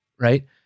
right